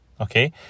Okay